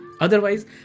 Otherwise